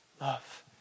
love